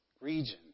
region